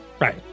right